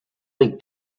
like